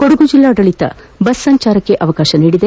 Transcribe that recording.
ಕೊಡಗು ಜಿಲ್ಲಾಡಳಿತ ಬಸ್ ಸಂಚಾರಕ್ಕೆ ಅವಕಾಶ ನೀಡಿದೆ